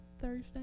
Thursday